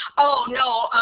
oh, no.